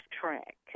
track